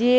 যে